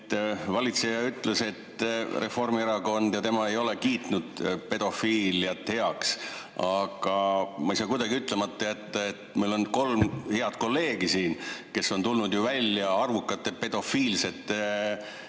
Valitseja ütles, et Reformierakond ja tema ei ole kiitnud pedofiiliat heaks. Aga ma ei saa kuidagi ütlemata jätta, et meil on kolm head kolleegi siin, kes on tulnud välja arvukate pedofiilsete